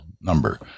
number